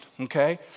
Okay